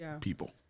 people